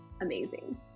amazing